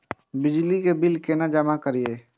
बिजली के बिल केना जमा करिए?